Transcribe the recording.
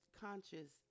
conscious